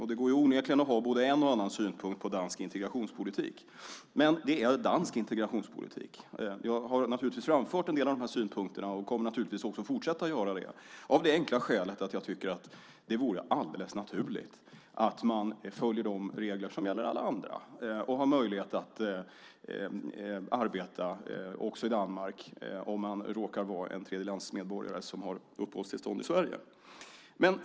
Man kan onekligen ha både en och annan synpunkt på dansk integrationspolitik, men det är dansk integrationspolitik. Jag har naturligtvis framfört en del av dessa synpunkter och kommer att fortsätta att göra det av det enkla skälet att jag tycker att det vore alldeles naturligt att man följde de regler som gäller alla andra vad beträffar möjligheten att arbeta också i Danmark när man råkar vara tredjelandsmedborgare och har uppehållstillstånd i Sverige.